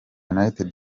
united